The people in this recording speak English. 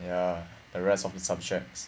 ya the rest of the subjects